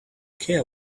care